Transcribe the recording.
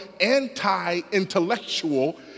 anti-intellectual